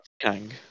Kang